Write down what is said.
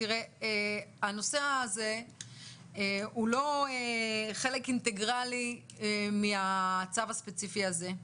הנושא הזה הוא לא חלק אינטגרלי מהצו הספציפי הזה,